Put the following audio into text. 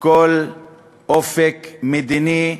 כל אופק מדיני,